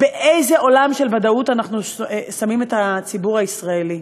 באיזה עולם של ודאות אנחנו שמים את הציבור הישראלי?